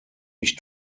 ich